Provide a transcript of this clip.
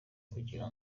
kugira